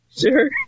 Sure